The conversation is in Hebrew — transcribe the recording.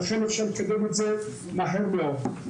ולכן אפשר לקדם את זה מהר מאוד.